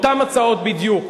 אותן הצעות בדיוק,